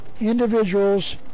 individuals